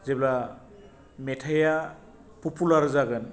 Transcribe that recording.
जेब्ला मेथायआ पपुलार जागोन